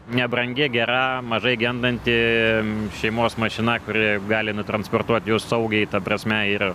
nebrangi gera mažai gendanti šeimos mašina kuri gali nutransportuoti jus saugiai ta prasme ir